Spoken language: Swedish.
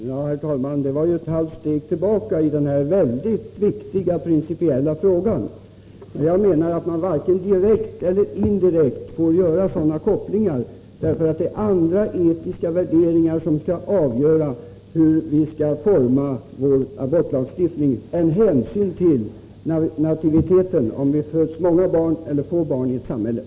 Herr talman! Göte Jonsson tog ett halvt steg tillbaka i denna principiellt mycket viktiga fråga. Jag anser att man varken direkt eller indirekt får göra sådana kopplingar som han gjorde, därför att det är andra, etiska, värderingar än hänsyn till nativiteten, dvs. om det föds många eller få barn i samhället, som måste avgöra hur vi skall utforma abortlagstiftningen.